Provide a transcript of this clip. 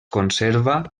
conserva